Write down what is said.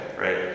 right